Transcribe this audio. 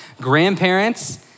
grandparents